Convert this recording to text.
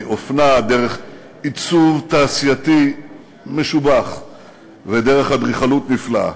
מאופנה דרך עיצוב תעשייתי משובח ודרך אדריכלות נפלאה.